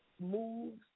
moves